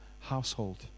household